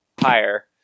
higher